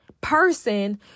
person